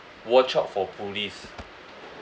watch out for police